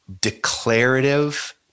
declarative